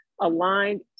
aligned